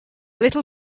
little